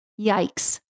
Yikes